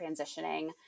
transitioning